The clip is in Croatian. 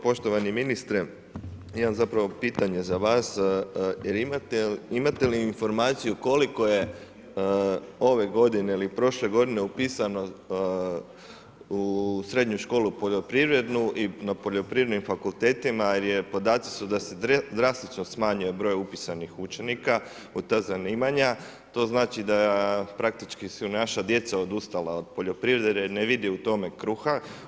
Poštovani ministre, imam pitanje za vas, imate li informaciju, koliko je ove g. ili prošle g. upisano u srednju školu poljoprivrednu i na poljoprivrednim fakultetima, jer podaci su da se drastično smanjuje broj upisanih učenika u ta zanimanja, to znači, da praktički su naša djeca odustala od poljoprivrede, ne vide u tome kruha.